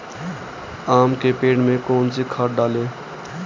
आम के पेड़ में कौन सी खाद डालें?